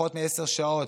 פחות מעשר שעות.